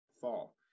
fall